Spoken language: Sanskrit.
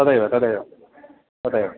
तथैव तथैव तथैव